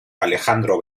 alejandro